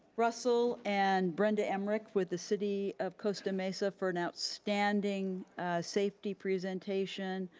russel and brenda emerick with the city of costa mesa for an outstanding safety presentation.